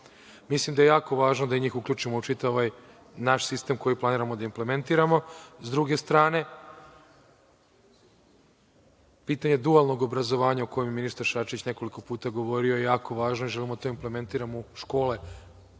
Mislim da je jako važno da i njih uključimo u čitav ovaj naš sistem koji planiramo da implementiramo. Sa druge strane, pitanje dualnog obrazovanja, o kojem je ministar Šarčević nekoliko puta govorio, je jako važno i želimo da to implementiramo u škole